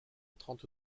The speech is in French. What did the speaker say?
trente